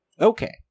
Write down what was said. Okay